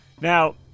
Now